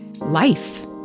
life